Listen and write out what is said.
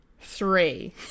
three